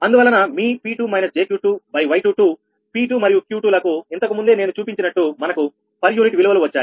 అందువలన మీ P2 jQ2Y22 P2 మరియు Q2 లకు ఇంతకు ముందే నేను చూపించినట్టు మనకు పర్ యూనిట్ విలువలు వచ్చాయి